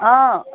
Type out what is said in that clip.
অঁ